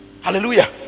hallelujah